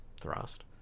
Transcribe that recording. thrust